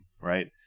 Right